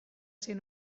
ser